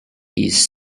his